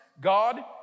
God